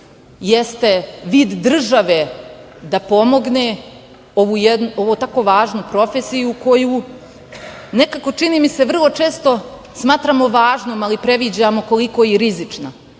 jeste vid države da pomogne ovo tako važnu profesiju koju, nekako čini mi se vrlo često smatramo važnom, ali previđamo koliko je